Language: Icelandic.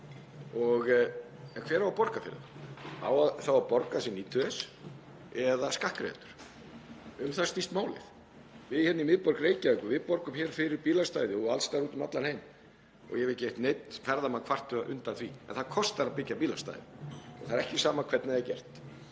En hver á að borga fyrir það? Á sá að borga sem nýtur þess eða skattgreiðendur? Um það snýst málið. Við hérna í miðborg Reykjavíkur borgum fyrir bílastæði og alls staðar, út um allan heim, og ég hef ekki heyrt neinn ferðamann kvarta undan því. En það kostar að byggja bílastæði og það er ekki sama hvernig það er gert.